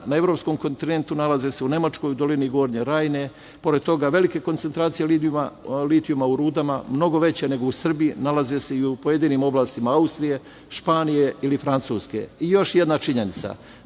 na Evropskom kontinentu nalaze se u Nemačkoj u dolini Gornje Rajne, pored toga, velike koncentracije litijuma u rudama, mnogo veće nego u Srbiji, nalaze se i u pojedinim oblastima Austrije, Španije ili Francuske. Još jedna činjenica